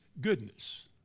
goodness